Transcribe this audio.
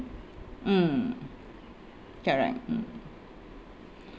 mm correct mm